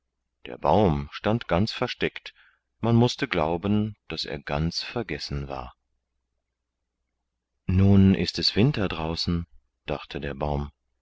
der baum stand ganz versteckt man mußte glauben daß er ganz vergessen war nun ist es winter draußen dachte der baum